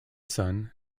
son